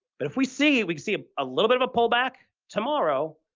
but if we see, we could see ah a little bit of a pullback tomorrow